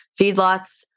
Feedlots